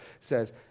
says